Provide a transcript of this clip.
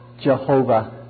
Jehovah